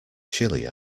chilly